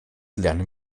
lernen